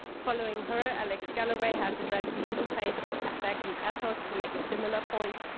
following her, alex galloway has addressed the interface as affect and ethos to make a similar point.